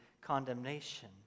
condemnation